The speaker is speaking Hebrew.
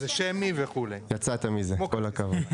יצאת מזה, כל הכבוד.